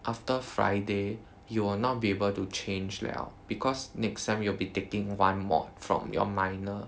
after friday you will not be able to change 了 because next sem you will be taking one mod~ from your minor